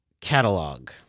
catalog